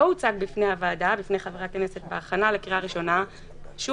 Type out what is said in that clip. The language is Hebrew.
לא הוצג בפני חברי הוועדה בהכנה לקריאה ראשונה שום